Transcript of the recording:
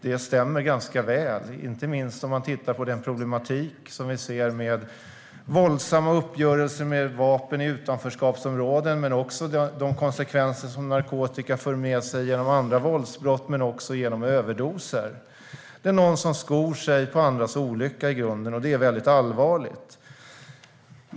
Det stämmer ganska väl, inte minst om man ser på den problematik vi har med våldsamma uppgörelser med vapen i utanförskapsområden. Det handlar också om de konsekvenser som narkotika för med sig genom andra våldsbrott och genom överdoser. Det är i grunden någon som skor sig på andras olycka, och det är allvarligt.